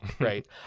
right